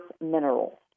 minerals